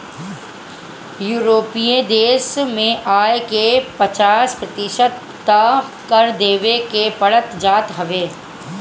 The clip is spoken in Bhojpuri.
यूरोपीय देस में आय के पचास प्रतिशत तअ कर देवे के पड़ जात हवे